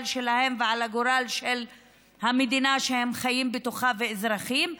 שלהם ועל הגורל של המדינה שהם חיים בתוכה ואזרחים בה.